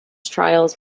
trials